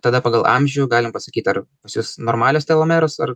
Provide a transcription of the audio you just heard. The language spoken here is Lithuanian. tada pagal amžių galim pasakyt ar pas jus normalios telomeros ar